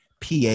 PA